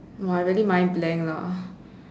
!wah! I really mind blank lah